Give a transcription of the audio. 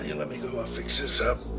yeah let me go. i'll fix this up.